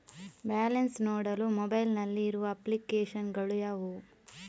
Balance ನೋಡಲು mobile ನಲ್ಲಿ ಇರುವ ಅಪ್ಲಿಕೇಶನ್ ಗಳು ಯಾವುವು?